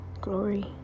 glory